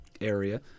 area